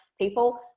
people